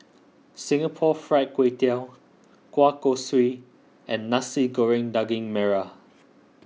Singapore Fried Kway Tiao Kueh Kosui and Nasi Goreng Daging Merah